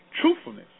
truthfulness